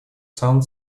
самом